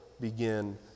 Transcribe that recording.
begin